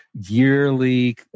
yearly